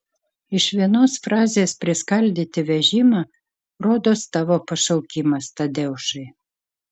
iš vienos frazės priskaldyti vežimą rodos tavo pašaukimas tadeušai